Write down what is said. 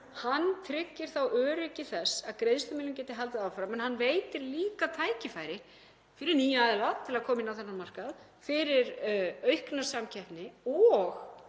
tryggi öryggi þess að greiðslumiðlun geti haldið áfram. En þetta veitir líka tækifæri fyrir nýja aðila til að koma inn á þennan markað, fyrir aukna samkeppni og